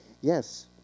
yes